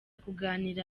kuganira